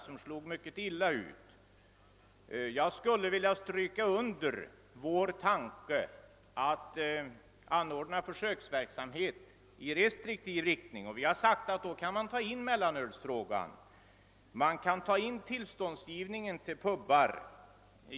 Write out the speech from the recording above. Denna slog mycket illa ut. Jag skulle vilja stryka under vår tanke på en försöksverksamhet i restriktiv riktning. Denna bör innefatta frågan om mellanölsförsäljningen och tillståndsgivningen till pubar.